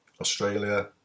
Australia